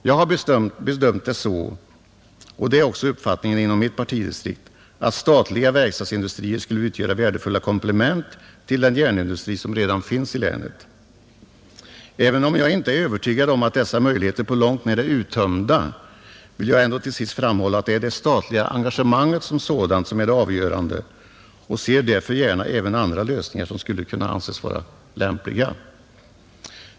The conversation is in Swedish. Jag har bedömt det så, och det är också uppfattningen inom mitt partidistrikt, att statliga verkstadsindustrier skulle utgöra värdefulla komplement till den järnindustri som redan finns i länet. Även om jag inte är övertygad om att dessa möjligheter på långt när är uttömda, vill jag ändå till sist framhålla att det är det statliga engagemanget som sådant som är det avgörande och jag ser därför gärna även andra lösningar som skulle kunna anses vara lämpliga.